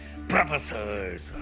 Professors